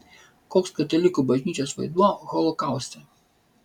koks katalikų bažnyčios vaidmuo holokauste